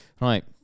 right